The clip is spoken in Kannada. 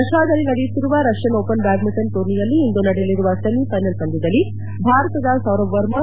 ರಷ್ಠಾದಲ್ಲಿ ನಡೆಯುತ್ತಿರುವ ರಷ್ಕನ್ ಓಪನ್ ಬ್ಯಾಡ್ಮಿಂಟನ್ ಟೂರ್ನಿಯಲ್ಲಿ ಇಂದು ನಡೆಯಲಿರುವ ಸೆಮಿಫೈನಲ್ ಪಂದ್ಯದಲ್ಲಿ ಭಾರತದ ಸೌರಭ್ ವರ್ಮಾ